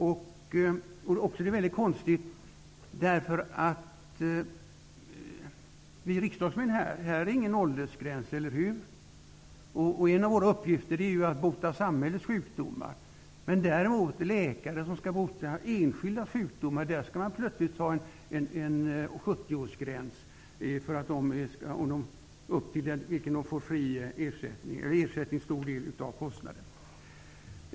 Det är väldigt konstigt också med tanke på att vi här i riksdagen inte har någon åldersgräns. En av våra uppgifter är att bota samhällets sjukdomar. Däremot för en läkare som skall bota enskilda sjukdomar skall man plötsligt ha en 70-årsgräns. Efter det får man ingen ersättning för läkarkostnaden.